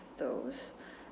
those